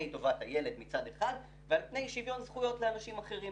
טובת הילד מצד אחד ועל פני שוויון זכויות לאנשים אחרים.